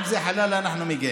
אם זה חלאל אנחנו מגיעים.